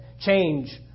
change